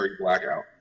blackout